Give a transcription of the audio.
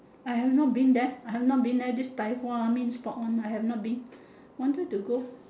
I have not been there I have not been there this main sport one I have not been wanted to go